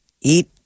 eat